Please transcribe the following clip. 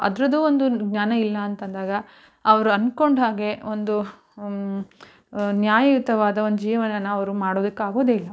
ಅದರದ್ದೂ ಒಂದು ಜ್ಞಾನ ಇಲ್ಲ ಅಂತಂದಾಗ ಅವರು ಅಂದ್ಕೊಂಡು ಹಾಗೇ ಒಂದು ನ್ಯಾಯಯುತವಾದ ಒಂದು ಜೀವನನ ಅವರು ಮಾಡೋದಕ್ಕೆ ಆಗೋದೇ ಇಲ್ಲ